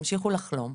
תמשיכו לחלום,